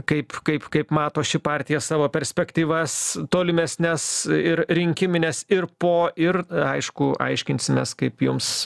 kaip kaip kaip mato ši partija savo perspektyvas tolimesnes ir rinkimines ir po ir aišku aiškinsimės kaip jums